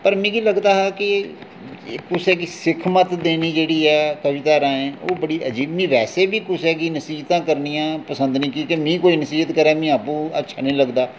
पर मिगी लगदा हा कि कुसै गी सिक्ख मत देनी जेह्ड़ी ऐ कविता राहें ओह् बड़ी अजीब ऐ वेसै बी कुसै गी नसीह्तां करनियां पसंद निं की के मिगी कोई नसीह्त करै मिगी आपूं अच्छा निं लगदा